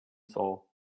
soul